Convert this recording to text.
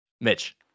Mitch